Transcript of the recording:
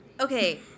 Okay